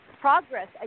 progress